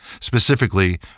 Specifically